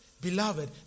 Beloved